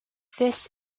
this